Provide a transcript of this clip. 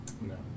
No